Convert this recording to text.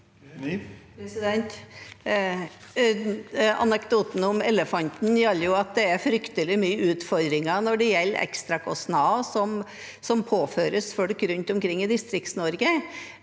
Anekdoten om elefan- ten gjelder at det er fryktelig mange utfordringer når det gjelder ekstrakostnader som påføres folk rundt omkring i Distrikts-Norge,